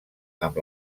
amb